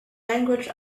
language